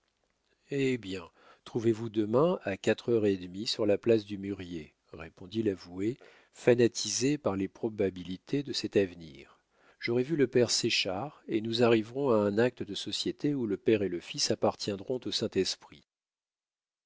eh bien trouvez-vous demain à quatre heures et demie sur la place du mûrier répondit l'avoué fanatisé par les probabilités de cet avenir j'aurai vu le père séchard et nous arriverons à un acte de société où le père et le fils appartiendront au saint-esprit